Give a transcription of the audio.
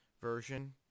version